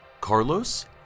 Carlos